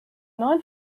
neuen